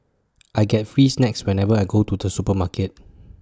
I get free snacks whenever I go to the supermarket